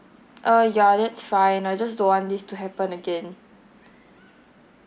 uh ya that's fine I just don't want this to happen again